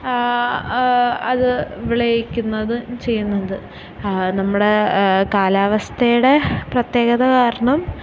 അത് വിളയിക്കുന്നത് ചെയ്യുന്നത് നമ്മുടെ കാലാവസ്ഥയുടെ പ്രത്യേകത കാരണം